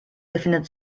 befindet